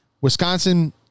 Wisconsin